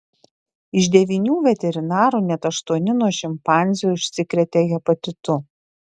iš devynių veterinarų net aštuoni nuo šimpanzių užsikrėtė hepatitu